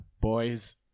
boys